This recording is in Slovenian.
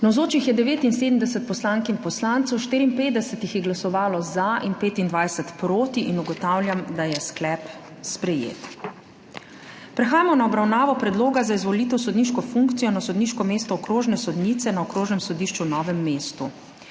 Navzočih je 79 poslank in poslancev, 54 jih je glasovalo za in 25 proti. (Za je glasovalo 54.) (Proti 25.) Ugotavljam, da je sklep sprejet. Prehajamo na obravnavo predloga za izvolitev v sodniško funkcijo na sodniško mesto okrožne sodnice na Okrožnem sodišču v Novem mestu.